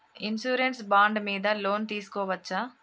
Insurance bond మీద loan తీస్కొవచ్చా?